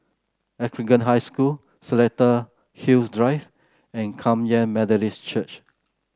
Anglican High School Seletar Hills Drive and Kum Yan Methodist Church